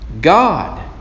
God